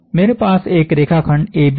मेरे पास एक रेखाखंड AB है